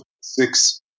six